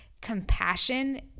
compassion